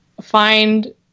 find